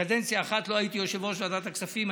קדנציה אחת לא הייתי יושב-ראש ועדת הכספים,